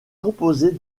composée